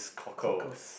cockles